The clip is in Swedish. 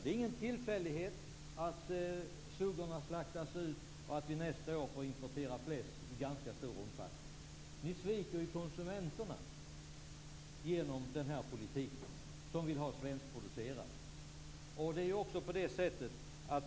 Det är ingen tillfällighet att suggorna slaktas ut och att vi nästa år får importera fläsk i ganska stor omfattning. Genom den här politiken sviker ni ju konsumenterna, som vill ha svenskproducerat.